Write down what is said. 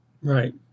Right